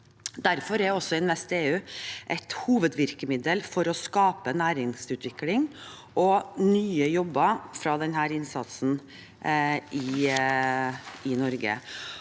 Derfor er også InvestEU et hovedvirkemiddel for å skape næringsutvikling og nye jobber av denne innsatsen i Norge.